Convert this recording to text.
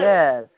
Yes